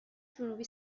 جنوبی